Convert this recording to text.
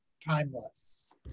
timeless